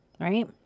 right